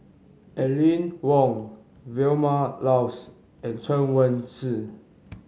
Aline Wong Vilma Laus and Chen Wen Hsi